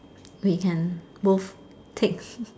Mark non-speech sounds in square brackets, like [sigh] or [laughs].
we can both take [laughs]